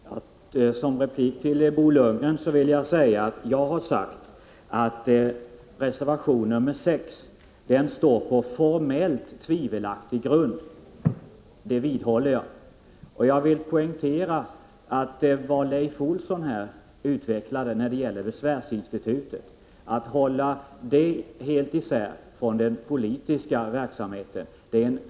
Herr talman! Som replik till Bo Lundgren vill jag understryka att jag har sagt att reservation 6 står på formellt tvivelaktig grund. Det vidhåller jag. Jag vill poängtera vad Leif Olsson uttalat när det gäller besvärsinstitutet. Det är fördelaktigt att hålla det helt isär från den politiska verksamheten.